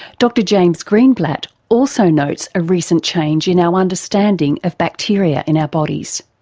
dr james greenblatt also notes a recent change in our understanding of bacteria in our bodies.